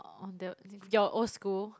of the your old school